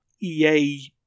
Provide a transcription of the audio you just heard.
EA